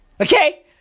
Okay